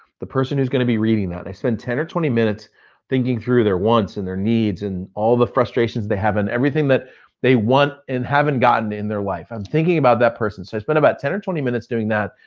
the person who's gonna be reading that. they spend ten or twenty minutes thinking through their wants and their needs and all the frustrations they have and everything that they want and haven't gotten in their life. i'm thinking about that person. so it's been about ten or twenty minutes doing that.